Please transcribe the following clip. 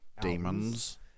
demons